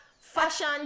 fashion